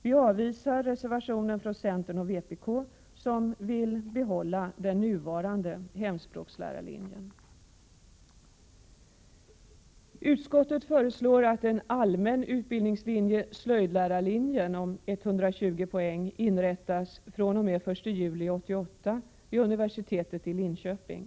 Vi avvisar reservationen Utskottet föreslår att en allmän utbildningslinje, slöjdlärarlinjen om 120 poäng, inrättas fr.o.m. den 1 juli 1988 vid universitetet i Linköping.